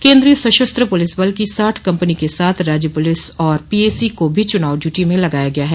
केन्द्रीय सशस्त्र पुलिस बल की साठ कम्पनी के साथ राज्य पुलिस और पीएसी को भी चुनाव ड्यूटी में लगाया गया है